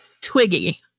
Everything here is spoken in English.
Twiggy